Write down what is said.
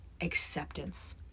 Acceptance